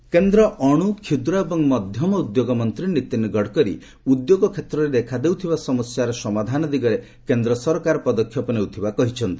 Gadkari MSME କେନ୍ଦ୍ର ଅଣୁ କ୍ଷୁଦ୍ର ଏବଂ ମଧ୍ୟମ ଉଦ୍ୟୋଗ ମନ୍ତ୍ରୀ ନୀତିନ୍ ଗଡ଼କରୀ ଉଦ୍ୟୋଗ କ୍ଷେତ୍ରରେ ଦେଖାଦେଉଥିବା ସମସ୍ୟାର ସମାଧାନ ଦିଗରେ କେନ୍ଦ୍ର ସରକାର ପଦକ୍ଷେପ ନେଉଥିବା କହିଛନ୍ତି